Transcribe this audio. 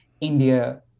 India